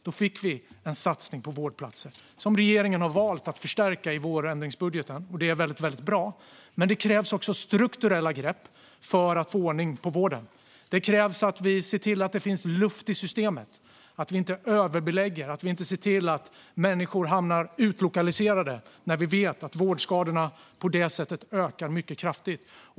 Då fick vi en satsning på vårdplatser som regeringen har valt att förstärka i vårändringsbudgeten. Det är väldigt bra. Men det krävs också strukturella grepp för att få ordning på vården. Det krävs att vi ser till att det finns luft i systemet, att vi inte överbelägger och att vi ser till att människor inte blir utlokaliserade när vi vet att vårdskadorna på det sättet ökar mycket kraftigt.